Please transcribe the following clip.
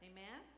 Amen